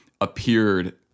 appeared